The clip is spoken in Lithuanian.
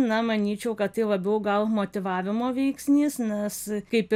na manyčiau kad tai labiau gal motyvavimo veiksnys nes kaip ir